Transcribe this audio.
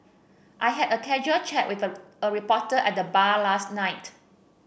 I had a casual chat with a a reporter at the bar last night